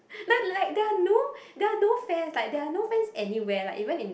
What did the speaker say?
not like there are no there are no fans like they are no fans anywhere like even in